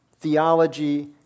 Theology